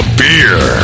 beer